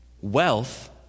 wealth